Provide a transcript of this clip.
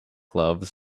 gloves